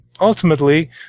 ultimately